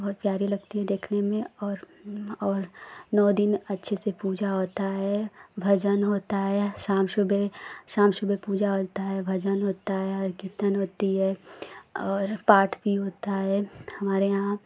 बहुत प्यारी लगती है देखने में और और नौ दिन अच्छे से पूजा होती है भजन होता है शाम सुबह शाम सुबह पूजा होती है भजन होता है और कीर्तन होता है और पाठ भी होता है हमारे यहाँ